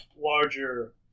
larger